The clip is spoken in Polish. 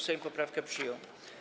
Sejm poprawkę przyjął.